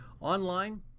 online